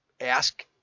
ask